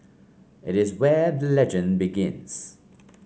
it is where the legend begins